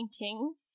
paintings